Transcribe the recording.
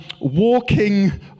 walking